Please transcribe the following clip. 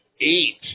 eight